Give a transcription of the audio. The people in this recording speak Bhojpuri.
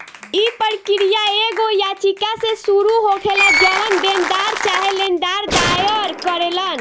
इ प्रक्रिया एगो याचिका से शुरू होखेला जवन देनदार चाहे लेनदार दायर करेलन